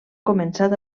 començat